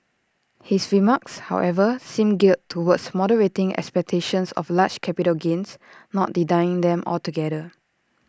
his remarks however seem geared towards moderating expectations of large capital gains not denying them altogether